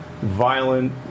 violent